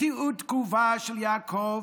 תיעוד התגובה של יעקב,